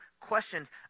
questions